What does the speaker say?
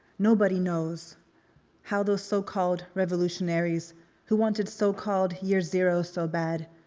nobody knows how those so-called revolutionaries who wanted so-called year zero so bad,